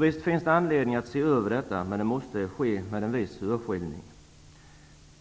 Visst finns det anledning att se över detta, men det måste ske med viss urskiljning.